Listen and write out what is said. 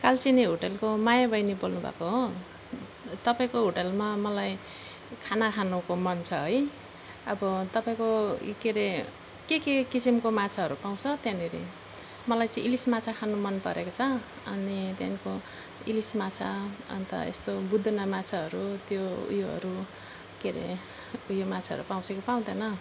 कालचिनी होटेलको माया बहिनी बोल्नुभएको हो तपाईँको होटेलमा मलाई खाना खानुको मन छ है अब तपाईँको यी के अरे के के किसिमको माछाहरू पाउँछ त्यहाँनिर मलाई चाहिँ इलिस माछा मन परेको छ अनि त्यहाँदेखिन्को इलिस माछा अन्त यस्तो बुदुना माछाहरू त्यो ऊ योहरू के अरे यो माछाहरू पाउँछ कि पाउँदैन